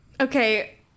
Okay